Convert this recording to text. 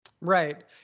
Right